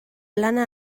lana